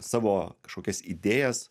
savo kažkokias idėjas